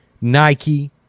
Nike